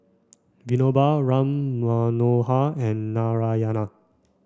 Vinoba Ram Manohar and Narayana